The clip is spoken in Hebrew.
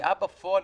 הפגיעה בפועל.